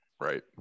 right